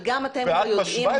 את משווה את זה?